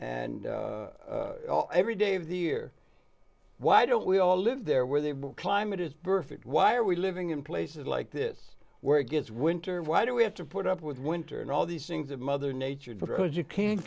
and every day of the year why don't we all live there where there climate is burfoot why are we living in places like this where it gets winter and why do we have to put up with winter and all these things that mother nature throws you can